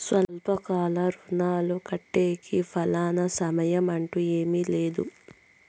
స్వల్పకాలిక రుణాలు కట్టేకి ఫలానా సమయం అంటూ ఏమీ లేదు